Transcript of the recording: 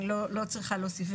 אני לא צריכה להוסיף,